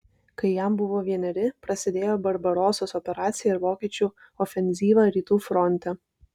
kai jam buvo vieneri prasidėjo barbarosos operacija ir vokiečių ofenzyva rytų fronte